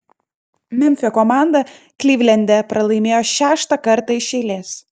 memfio komanda klivlende pralaimėjo šeštą kartą iš eilės